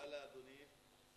תודה לאדוני.